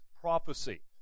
prophecy